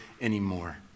anymore